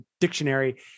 dictionary